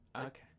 Okay